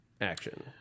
action